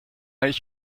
ich